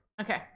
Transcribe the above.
Okay